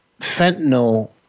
fentanyl